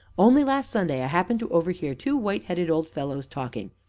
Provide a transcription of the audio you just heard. only last sunday i happened to overhear two white-headed old fellows talking.